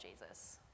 Jesus